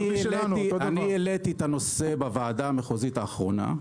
העליתי את הנושא בוועדה המחוזית האחרונה,